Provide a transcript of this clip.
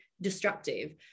destructive